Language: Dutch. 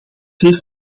heeft